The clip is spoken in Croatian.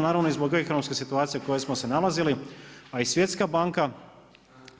Naravno i zbog ekonomske situacije u kojoj smo se nalazili, a i Svjetska banka